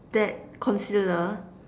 that concealer